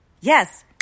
Yes